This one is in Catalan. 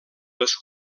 les